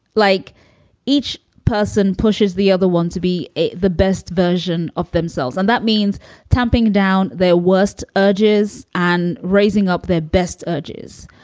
like each person pushes the other one to be the best version of themselves. and that means tamping down their worst urges and raising up their best urges.